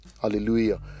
hallelujah